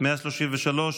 133,